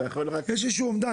יש איזשהו אומדן,